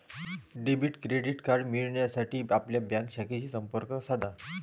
debit credit card मिळविण्यासाठी आपल्या bank शाखेशी संपर्क साधा